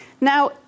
Now